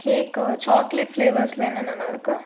கேக்கு chocolate ஃப்ளேவர்ஸில் என்னென்னண்ணா இருக்குது